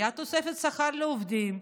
הייתה תוספת שכר לעובדים,